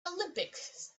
olympics